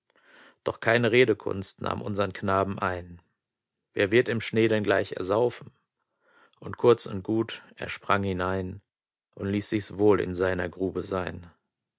doch keine redekunst nahm unsern knaben ein wer wird im schnee denn gleich ersaufen und kurz und gut er sprang hinein und ließ sichs wohl in seiner grube sein